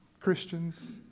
Christians